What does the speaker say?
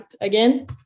again